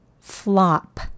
flop